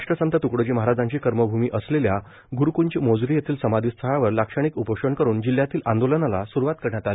राष्ट्रसंत त्कडोजी महाराजांची कर्मभूमी असलेल्या ग्रुक्ज मोझरी येथील समाधी स्थळावर लाक्षणिक उपोषण करून जिल्ह्यातील आंदोलनाला स्रुवात करण्यात आली